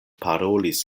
parolis